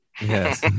Yes